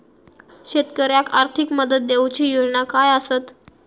शेतकऱ्याक आर्थिक मदत देऊची योजना काय आसत?